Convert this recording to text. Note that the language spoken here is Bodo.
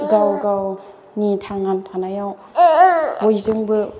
गाव गावनि थांना थानायाव बयजोंबो